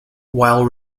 while